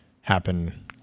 happen